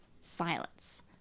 silence